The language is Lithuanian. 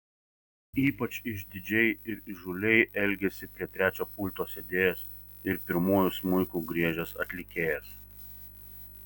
ypač išdidžiai ir įžūliai elgėsi prie trečio pulto sėdėjęs ir pirmuoju smuiku griežęs atlikėjas